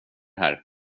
här